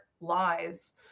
lies